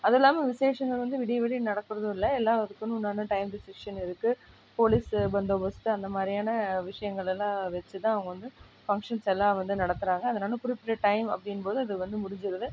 அதுவும் இல்லாமல் விசேஷங்கள் வந்து விடிய விடிய நடக்கிறதும் இல்ல எல்லாம் அதுக்குன்னு உண்டான டைம் டிசிஷன் இருக்குது போலீஸு பந்தோபஸ்த்து அந்த மாதிரியான விஷயங்கள் எல்லாம் வெச்சுதான் அவங்க வந்து ஃபங்க்ஷன்ஸ் எல்லாம் வந்து நடத்துறாங்க அதனால் குறிப்பிட்ட டைம் அப்படிங்கும்போது அது வந்து முடிஞ்சிடுது